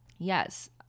yes